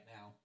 now